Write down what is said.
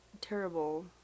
terrible